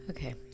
Okay